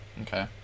Okay